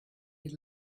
had